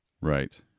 right